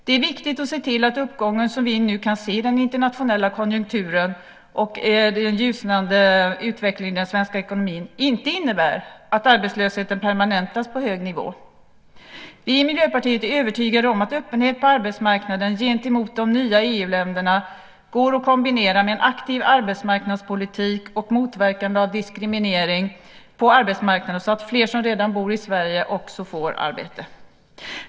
Det är viktigt att se till att uppgången som vi nu kan se i den internationella konjunkturen och den ljusnande utvecklingen i den svenska ekonomin inte innebär att arbetslösheten permanentas på en hög nivå. Vi i Miljöpartiet är övertygade om att öppenhet på arbetsmarknaden gentemot de nya EU-länderna går att kombinera med en aktiv arbetsmarknadspolitik och motverkande av diskriminering på arbetsmarknaden så att fler som redan bor i Sverige också får arbete.